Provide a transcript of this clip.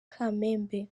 kamembe